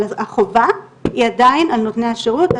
אבל החובה היא עדיין על נותני השירות.